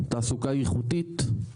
תעסוקה איכותית,